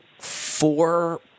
four